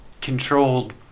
controlled